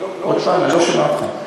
עוד פעם, אני לא שומע אותך.